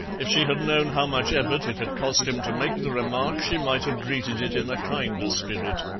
if she had known how much effort it had cost him to make the remark she might have greeted it in a kinder spirit.